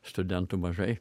studentų mažai